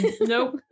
nope